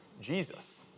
Jesus